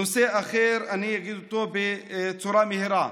נושא אחר, אני אגיד אותו בצורה מהירה.